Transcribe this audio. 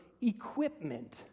equipment